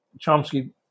Chomsky